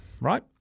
right